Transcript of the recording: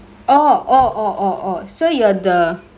orh orh orh orh orh so you are the